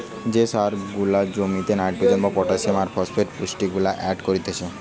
যে সার জুলা জমিতে নাইট্রোজেন, পটাসিয়াম আর ফসফেট পুষ্টিগুলা এড করতিছে